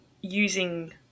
using